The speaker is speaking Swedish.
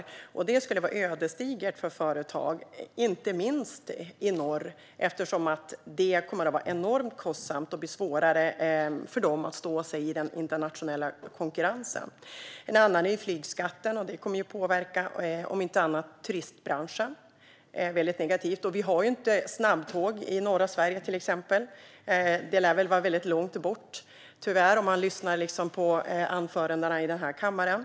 Det skulle vara ödesdigert med kilometerskatt för företag, inte minst i norr, eftersom det kommer att vara enormt kostsamt och bli svårare för dem att stå sig i den internationella konkurrensen. Ett annat exempel är flygskatten. Om inte annat kommer den att påverka turistbranschen negativt. Vi har inte snabbtåg i norra Sverige. Det lär vara väldigt långt bort att norra Sverige skulle få det - i alla fall låter det så när man lyssnar på anförandena i den här kammaren.